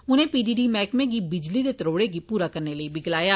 उनें P D D मैहकमें गी बिजली दे त्रोड़े गी पुरा करने लेई बी गलाया